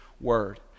word